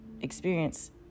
experience